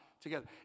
together